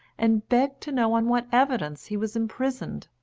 and begged to know on what evidence he was imprisoned.